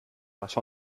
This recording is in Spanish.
las